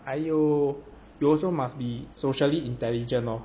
还有 you also must be socially intelligent lor